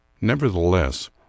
Nevertheless